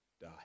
die